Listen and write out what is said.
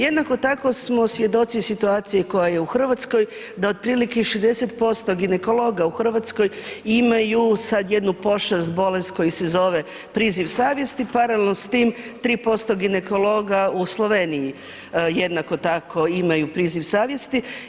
Jednako tako smo svjedoci situacije koja je u Hrvatskoj, da otprilike 60% ginekologa u Hrvatskoj imaju, sad jednu pošast, bolest koji se zove priziv savjesti, paralelno s tim, 3% ginekologa u Sloveniji jednako tako imaju priziv savjesti.